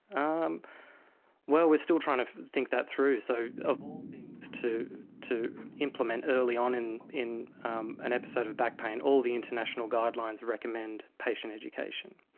um well, we are still trying to think that through. so of all things to to implement early on in in um an episode of back pain, all the international guidelines recommend patient education,